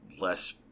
less